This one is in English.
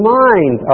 mind